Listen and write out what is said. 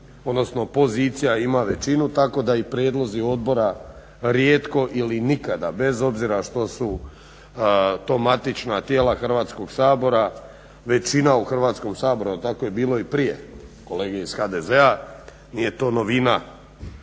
odnosno pozicija ima većinu tako da i prijedlozi odbora rijetko ili nikada bez obzira što su to matična tijela Hrvatskog sabora većina u Hrvatskom saboru, a tako je bilo i prije kolege iz HDZ-a nije to novina